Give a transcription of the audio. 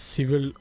Civil